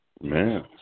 Man